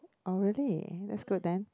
oh really that's good then